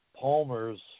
Palmer's